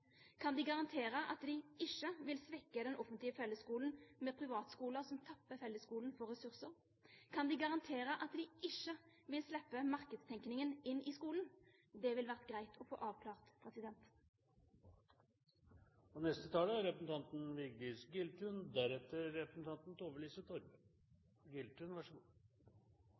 Kan de garantere at de ikke vil svekke den offentlige fellesskolen med privatskoler som tapper fellesskolen for ressurser? Kan de garantere at de ikke vil slippe markedstenkningen inn i skolen? Det ville vært greit å få avklart